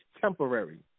temporary